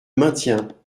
maintiens